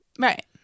Right